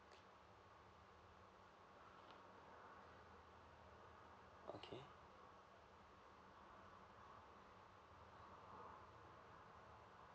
okay